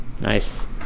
Nice